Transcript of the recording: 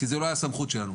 כי זו לא הייתה הסמכות שלנו.